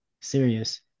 serious